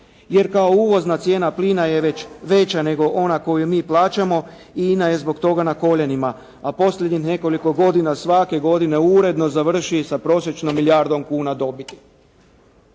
Jer kao uvozna cijena plina je već veća nego ona koju mi plaćamo i INA je zbog toga na koljenima, a posljednjih nekoliko godina svake godine uredno završi sa prosječnom milijardom kuna dobiti.